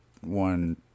one